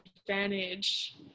advantage